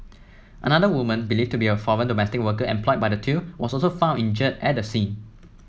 another woman believed to be a foreign domestic worker employed by the two was also found injured at the scene